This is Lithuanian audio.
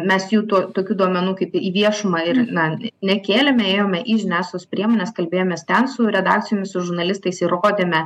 mes jų to tokių duomenų kaip į viešumą ir na nekėlėme ėjome į žiniasklaidos priemones kalbėjomės ten su redakcijomis su žurnalistais ir rodėme